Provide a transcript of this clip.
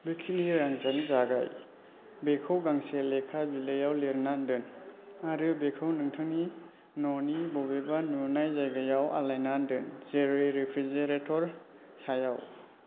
बेखिनि रांजों जागाय बेखौ गांसे लेखा बिलाइयाव लिरना दोन आरो बेखौ नोंथांनि न'नि बबेबा नुनाय जायगायाव आलायना दोन जेरै रेफ्रिजिरेटर सायाव